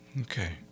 Okay